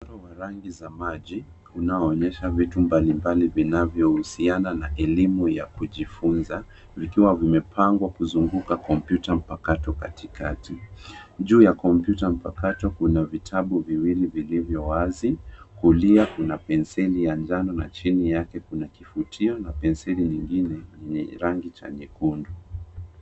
Mchoro wa rangi za maji, unaoonyesha vitu mbalimbali vinavyohusiana na elimu ya kujifunza, vikiwa vimepangwa kuzunguka kompyuta mpakato katikati. Juu ya kompyuta mpakato kuna vitabu viwili vilivyo wazi, kulia kuna penseli ya njano na chini yake kuna kifutio na penseli nyingine yenye rangi ya nyekundu.